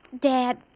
Dad